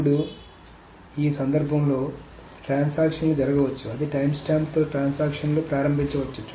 ఇప్పుడు ఈ సందర్భంలో ట్రాన్సాక్షన్ లు జరగవచ్చు అదే టైమ్స్టాంప్తో ట్రాన్సాక్షన్ లు ప్రారంభించవచ్చు